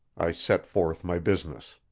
i set forth my business.